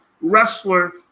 wrestler